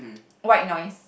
white noise